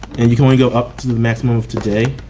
and you can only go up to maximum of today.